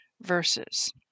verses